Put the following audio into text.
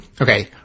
Okay